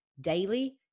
daily